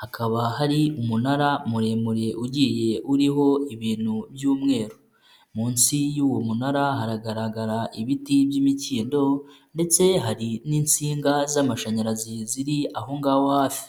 hakaba hari umunara muremure ugiye uriho ibintu by'umweru, munsi y'uwo munara haragaragara ibiti by'imikindo ndetse hari n'insinga z'amashanyarazi ziri aho ngaho hafi.